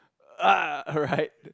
!argh! alright